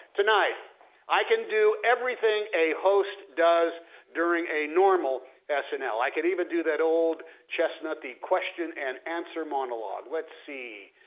tonight i can do everything a host does during a normal and snl. i can even do that old chestnut, the question and answer monologue. let's see,